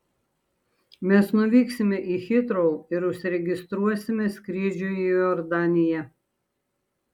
mes nuvyksime į hitrou ir užsiregistruosime skrydžiui į jordaniją